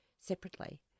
separately